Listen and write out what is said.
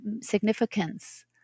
significance